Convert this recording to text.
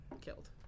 killed